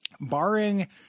barring